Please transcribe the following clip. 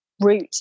route